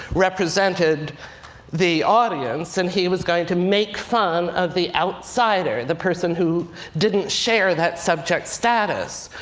represented the audience, and he was going to make fun of the outsider, the person who didn't share that subject status.